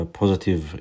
positive